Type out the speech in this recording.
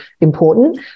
important